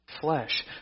flesh